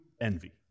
envy